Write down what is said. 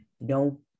no